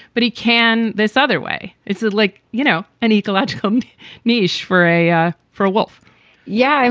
but he can this other way. it's like, you know, an ecological and niche for a ah for a wolf yeah. i and